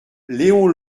léon